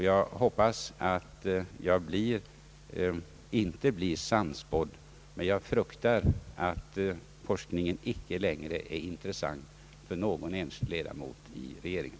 Jag hoppas att jag inte blir sannspådd, men jag fruktar att forskningen icke längre är intressant för någon enskild ledamot av regeringen.